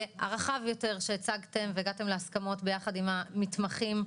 הרחב יותר שהצגתם והגעתם להסכמות ביחד עם המתמחים.